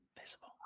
Visible